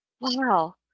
Wow